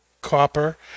copper